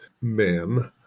men